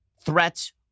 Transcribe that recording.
threats